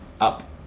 Up